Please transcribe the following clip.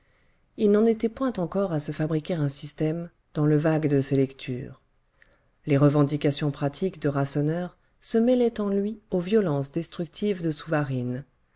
il n'en était point encore à se fabriquer un système dans le vague de ses lectures les revendications pratiques de rasseneur se mêlaient en lui aux violences destructives de souvarine